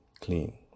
clean